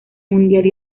mundial